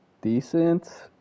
decent